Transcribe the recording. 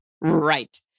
Right